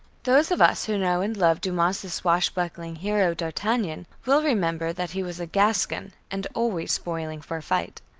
those of us who know and love dumas's swashbuckling hero, d'artagnan, will remember that he was a gascon and always spoiling for a fight.